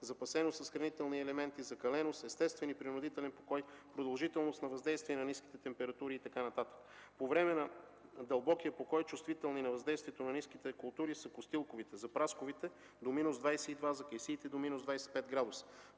запасеност с хранителни елементи, закаленост, естествен и принудителен покой, продължителност на въздействие на ниски температури и така нататък. По време на дълбокия покой чувствителни на въздействие на ниските температури са костюлковите – за прасковите до минус 22 градуса, за кайсиите до минус 25 градуса.